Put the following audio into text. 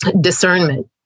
discernment